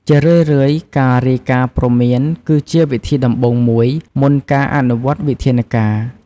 ជារឿយៗ ការរាយការណ៍ព្រមានគឺជាវិធីដំបូងមួយ មុនការអនុវត្តន៍វិធានការ។